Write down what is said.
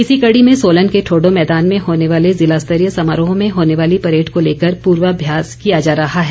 इसी कड़ी में सोलन के ठोडो मैदान में होने वाले जिला स्तरीय समारोह में होने वाली परेड को लेकर पूर्वाभ्यास किया जा रहा है